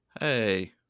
Hey